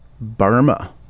Burma